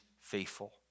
faithful